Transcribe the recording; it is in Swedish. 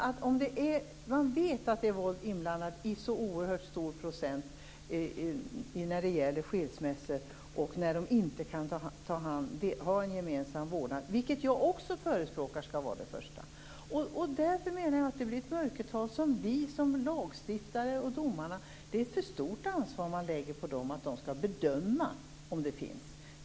Vi vet att våld är inblandat i så oerhört stor procent av skilsmässorna och att man inte kan ha gemensam vårdnad. Jag förespråkar också gemensam vårdnad i första hand. Det blir ett mörkertal. Det är ett för stort ansvar vi som lagstiftare lägger på domarna att bedöma detta.